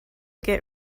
get